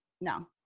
No